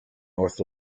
north